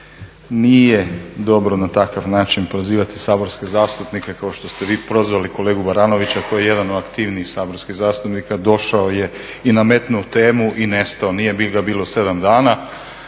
nije dobro na takav način prozivati saborske zastupnike kao što ste vi prozvali kolegu Baranovića koji je jedan od aktivnijih saborskih zastupnika, došao je i nametnuo temu i nestao. Nije ga bilo 7 dana.